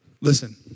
Listen